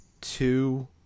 two